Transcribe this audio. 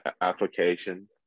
application